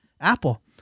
Apple